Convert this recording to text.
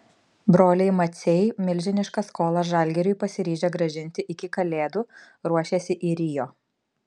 broliai maciai milžinišką skolą žalgiriui pasiryžę grąžinti iki kalėdų ruošiasi į rio